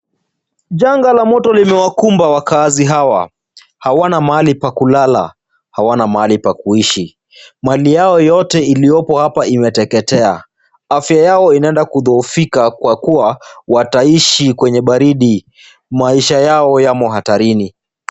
Janga la moto limewakumba wakaazi hawa, hawana mahali pa kulala, hawana pahali pa kuishi .Mali yao yote iliyopo hapa imeteketea. Afya yao inaenda kudhoofika kwa kuwa wataishi kwenye baridi, maisha yao yamo hatarini.